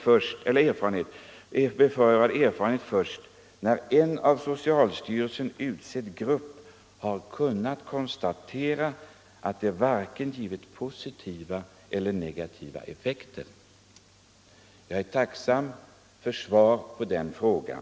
Eller är det beprövad erfarenhet först när en av socialstyrelsen utsedd grupp Ang. rätten att har kunnat konstatera att medlet varken givit positiva eller negativa efanvända vissa s.k. fekter? naturläkemedel, Jag är tacksam för svar på den frågan.